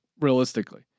realistically